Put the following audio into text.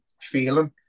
feeling